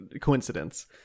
coincidence